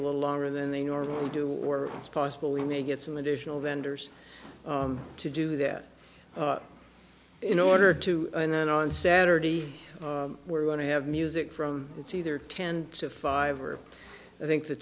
a little longer than they normally do work it's possible we may get some additional vendors to do that in order to and then on saturday we're going to have music from it's either ten to five or i think the